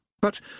But